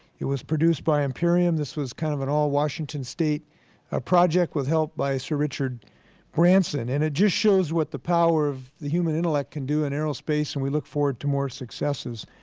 it was produced by imperium. this was kind of an all washington state ah project with help by sir richard branson. and it just shows what the power of the human intellect can do in aerospace, and we look forward to more successes.